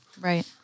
Right